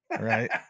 right